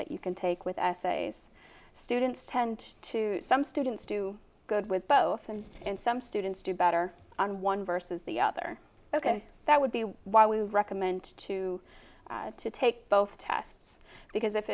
that you can take with us ace students tend to some students do good with both and and some students do better on one versus the other ok that would be why we recommend to take both tests because if